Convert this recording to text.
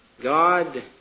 God